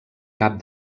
cap